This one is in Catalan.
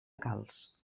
calç